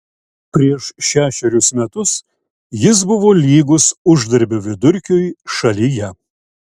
prieš šešerius metus jis buvo lygus uždarbio vidurkiui šalyje